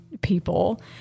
people